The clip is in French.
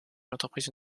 l’entreprise